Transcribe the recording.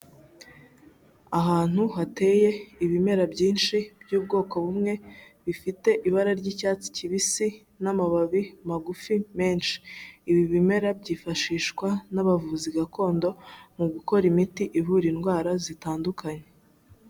Ahantu hateye ibimera byinshi by'ubwoko bumwe bifite ibara ry'icyatsi kibisi n'amababi magufi menshi. Ibi bimera byifashishwa n'abavuzi gakondo mu gukora imiti ivura indwara zitandukanye.